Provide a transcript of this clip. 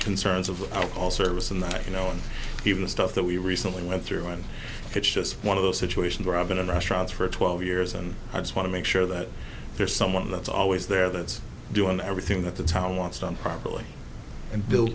concerns of all service and you know and even stuff that we recently went through and it's just one of those situations where i've been in restaurants for twelve years and i just want to make sure that there's someone that's always there that's doing everything that the town it's done properly and bill